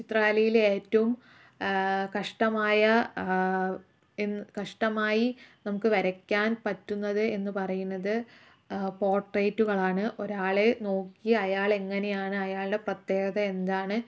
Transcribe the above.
ചിത്രകലയിൽ ഏറ്റവും കഷ്ടമായ എന്നു കഷ്ടമായി നമുക്ക് വരയ്ക്കാൻ പറ്റുന്നത് എന്നു പറയുന്നത് പോട്റേറ്റുകളാണ് ഒരാളെ നോക്കി അയാൾ എങ്ങനെയാണ് അയാളുടെ പ്രത്യേകത എന്താണ്